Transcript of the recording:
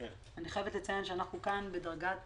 אני חייבת לציין שאנחנו כאן בדרגת